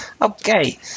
Okay